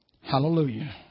Hallelujah